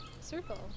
circle